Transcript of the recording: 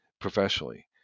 professionally